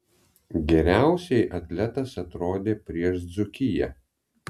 geriausiai atletas atrodė prieš dzūkiją